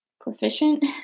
proficient